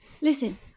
Listen